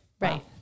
right